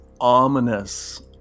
ominous